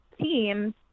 team